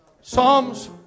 Psalms